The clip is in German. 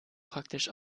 praktisch